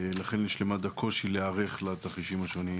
לכן יש למד"א קושי להיערך לתרחישים השונים.